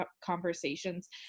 conversations